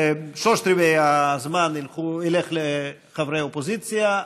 שלושת-רבעי הזמן ילך לחברי אופוזיציה,